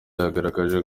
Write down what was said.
yagaragaje